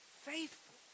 Faithful